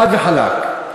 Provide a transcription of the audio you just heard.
חד וחלק.